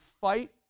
fight